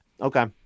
Okay